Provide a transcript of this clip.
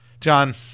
John –